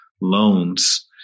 loans